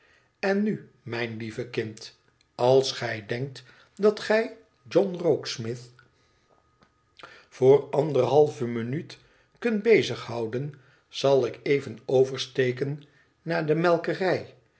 en nu mijn lieve kind als gij denkt dat gij john rokesmith voor anderhalve minuut kunt bezig houden zal ik even overstekoi naar de melkerij